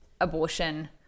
abortion